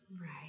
Right